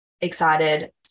excited